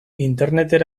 interneten